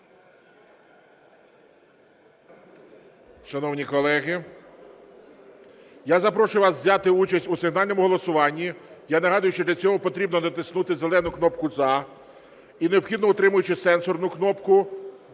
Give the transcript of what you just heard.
Шановні колеги, я запрошую вас взяти участь у сигнальному голосуванні. Я нагадую, що для цього потрібно натиснути зелену кнопку "За" і необхідно, утримуючи сенсорну кнопку,